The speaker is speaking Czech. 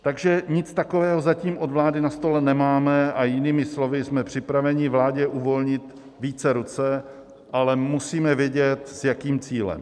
Takže nic takového zatím od vlády na stole nemáme, a jinými slovy, jsme připraveni vládě uvolnit více ruce, ale musíme vědět, s jakým cílem.